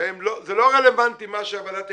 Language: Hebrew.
שזה לא רלוונטי מה שהוועדה תקבל,